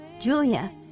Julia